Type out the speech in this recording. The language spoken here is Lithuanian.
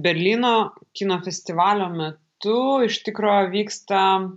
berlyno kino festivalio metu iš tikro vyksta